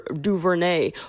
DuVernay